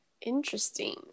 Interesting